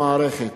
כרצונו.